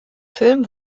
film